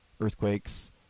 earthquakes